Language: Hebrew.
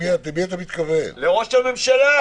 אתה פה מחמיר משמעותית את הכניסה.